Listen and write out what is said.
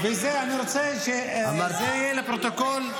וזה אני רוצה שיהיה לפרוטוקול.